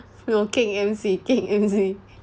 no keng M_C keng M_C